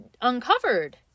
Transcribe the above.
uncovered